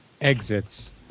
exits